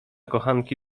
kochanki